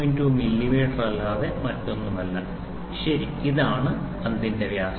2 മില്ലിമീറ്ററല്ലാതെ മറ്റൊന്നുമല്ല ശരി ഇതാണ് പന്തിന്റെ വ്യാസം